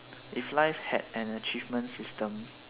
if life had an achievement system